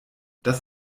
das